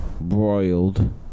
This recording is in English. Broiled